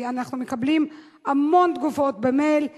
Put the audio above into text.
כי אנחנו מקבלים המון תגובות במייל,